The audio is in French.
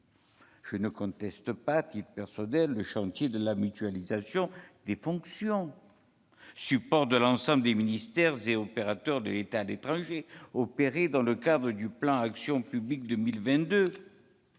je ne conteste pas le chantier de la mutualisation des fonctions supports de l'ensemble des ministères et opérateurs de l'État à l'étranger opéré dans le cadre du plan Action publique 2022.